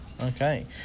Okay